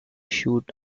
shoot